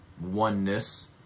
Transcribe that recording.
oneness